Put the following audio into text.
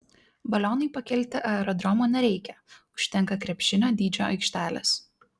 balionui pakilti aerodromo nereikia užtenka krepšinio dydžio aikštelės